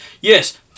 Yes